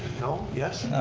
no, yes?